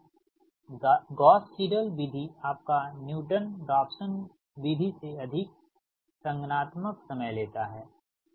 हालांकि Gauss Seidel विधि आपका न्यू टन राफसन विधि से अधिक संगणनात्मक समय लेता है